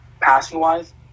Passing-wise